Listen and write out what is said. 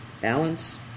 balance